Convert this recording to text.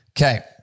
Okay